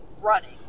running